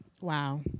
Wow